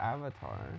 Avatar